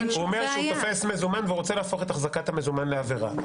הוא אומר שהוא תופס מזומן והוא רוצה להפוך את החזקת המזומן לעבירה.